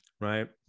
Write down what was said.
right